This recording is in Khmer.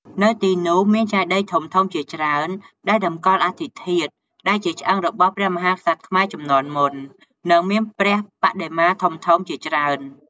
នៅទីនោះមានចេតិយធំៗជាច្រើនដែលតម្កល់អដ្ឋិធាតុ ដែលជាឆ្អឹងរបស់ព្រះមហាក្សត្រខ្មែរជំនាន់មុន និងមានព្រះបដិមាធំៗជាច្រើន។